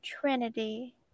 trinity